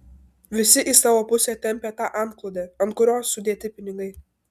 visi į savo pusę tempią tą antklodę ant kurios sudėti pinigai